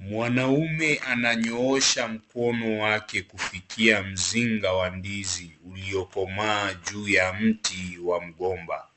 Mwananume ananyoosha mkono wake kufikia mzinga wa ndizi uliokomaa juu ya mti wa mgomba,